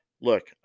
Look